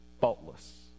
faultless